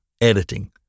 editing